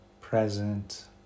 present